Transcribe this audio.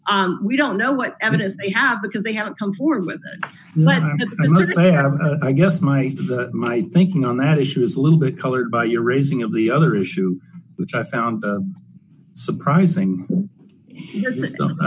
eight we don't know what evidence they have because they haven't come forward with i must say have i guess my my thinking on that issue is a little bit colored by your raising of the other issue which i found surprising i